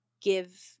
give